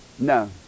No